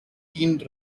keene